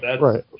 Right